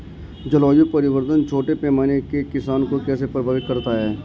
जलवायु परिवर्तन छोटे पैमाने के किसानों को कैसे प्रभावित करता है?